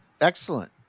Excellent